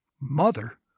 Mother